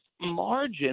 margin